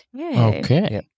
Okay